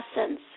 essence